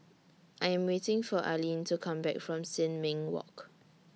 I Am waiting For Arleen to Come Back from Sin Ming Walk